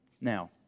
Now